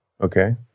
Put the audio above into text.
Okay